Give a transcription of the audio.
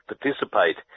participate